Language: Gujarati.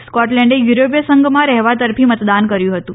સ્કોટલેન્ડે યુરોપીય સંઘમાં રહેવા તરફી મતદાન કર્યુ હતું